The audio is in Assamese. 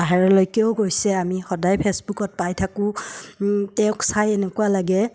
বাহিৰলৈকেও গৈছে আমি সদায় ফে'চবুকত পাই থাকোঁ তেওঁক চাই এনেকুৱা লাগে